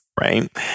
right